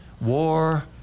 war